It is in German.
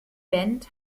band